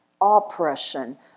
oppression